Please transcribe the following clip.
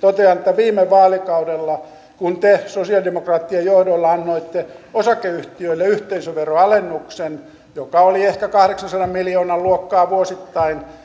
totean että viime vaalikaudella kun te sosialidemokraattien johdolla annoitte osakeyhtiöille yhteisöveroalennuksen joka oli ehkä kahdeksansadan miljoonan luokkaa vuosittain